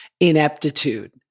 ineptitude